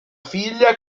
figlia